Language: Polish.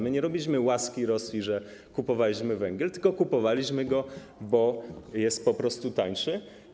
My nie robiliśmy łaski Rosji, że kupowaliśmy węgiel, tylko kupowaliśmy go, bo po prostu jest tańszy.